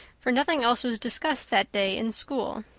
for nothing else was discussed that day in school.